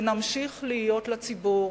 ונמשיך להיות לציבור